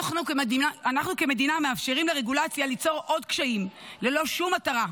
אנחנו כמדינה מאפשרים לרגולציה ליצור עוד קשיים ללא שום מטרה.